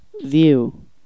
View